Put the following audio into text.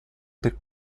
per